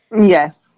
Yes